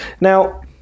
Now